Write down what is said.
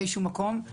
באיזשהו מקום,